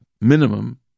minimum